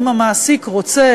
אם המעסיק רוצה,